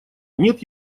нет